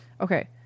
okay